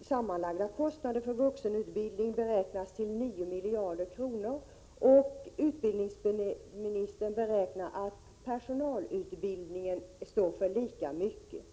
sammanlagda kostnader för vuxenutbildningen beräknas till 9 miljarder kronor, och utbildningsministern beräknar att personalutbildningen står för lika mycket.